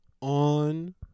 on